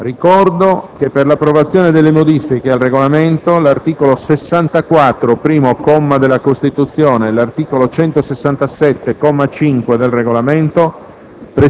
Ricordo che per l'approvazione delle modifiche al Regolamento, l'articolo 64, primo comma, della Costituzione e l'articolo 167, comma 5, del Regolamento